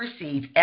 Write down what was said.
receive